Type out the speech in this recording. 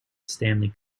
stanley